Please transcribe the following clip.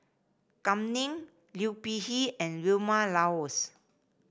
Kam Ning Liu Peihe and Vilma Laus